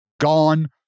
gone